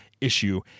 issue